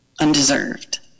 Undeserved